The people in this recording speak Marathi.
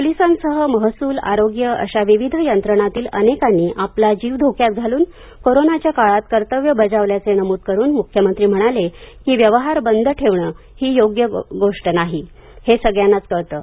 पोलिसांसह महसूल आरोग्य अशा विविध यंत्रणांतील अनेकांनी आपला जीव धोक्यात घालून कोरोनाच्या काळात कर्तव्य बजावल्याचे नमूद करून म्ख्यमंत्री म्हणाले कीव्यवहार बंद ठेवणं ही गोष्ट योग्य नाही हे सगळ्यांनाच कळतं